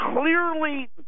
clearly